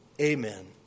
Amen